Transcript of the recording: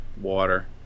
water